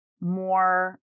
more